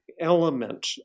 element